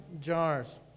jars